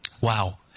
Wow